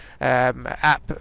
app